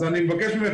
אז אני מבקש ממך,